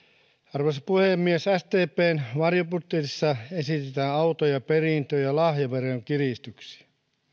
arvoisa puhemies sdpn varjobudjetissa esitetään auto perintö ja lahjaverojen kiristyksiä